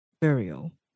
burial